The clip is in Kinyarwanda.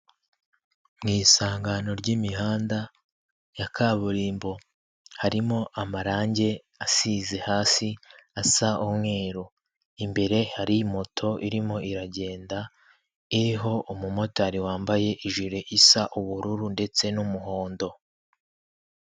Mu isangano ry'imihanda ya kaburimbo harimo amarangi asize hasi asa umweru imbere hari moto irimo iragenda iriho umumotari wambaye ijuru isa ubururu ndetse n'umuhondo.